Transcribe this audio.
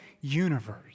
universe